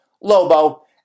Lobo